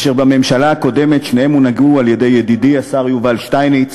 אשר בממשלה הקודמת שניהם הונהגו על-ידי ידידי השר יובל שטייניץ,